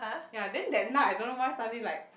ya then that night I don't know why suddenly like